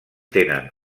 tenen